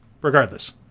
Regardless